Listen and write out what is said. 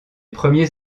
premiers